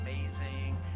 amazing